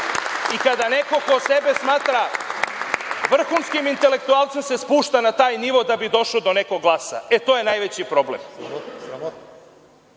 I kada neko ko sebe smatra vrhunskim intelektualcem se spušta na taj nivo da bi došao do nekog glasa, e, to je najveći problem.